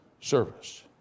service